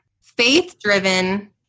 faith-driven